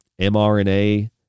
mRNA